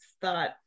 thought